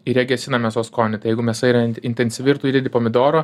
ir jie gesina mėsos skonį tai jeigu mėsa yra intensyvi ir tu įdedi pomidoro